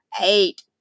eight